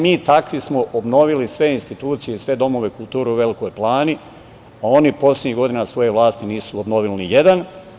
Mi takvi smo obnovili sve institucije i sve domove kulture u Velikoj Plani, a oni poslednjih godina svoje vlasti nisu obnovili ni jedan.